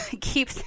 keep